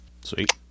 Sweet